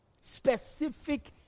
Specific